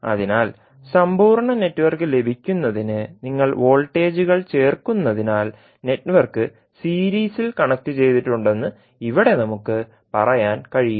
അതിനാൽ സമ്പൂർണ്ണ നെറ്റ്വർക്ക് ലഭിക്കുന്നതിന് നിങ്ങൾ വോൾട്ടേജുകൾ ചേർക്കുന്നതിനാൽ നെറ്റ്വർക്ക് സീരീസിൽ കണക്റ്റുചെയ്തിട്ടുണ്ടെന്ന് ഇവിടെ നമുക്ക് പറയാൻ കഴിയും